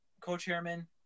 co-chairman